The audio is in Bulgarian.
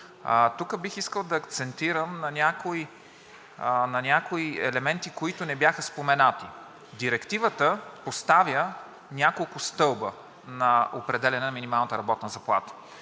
Тук бих искал да акцентирам на някои елементи, които не бяха споменати. Директивата поставя няколко стълба на определяне на минималната работна заплата.